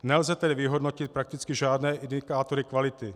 Nelze tedy vyhodnotit prakticky žádné indikátory kvality.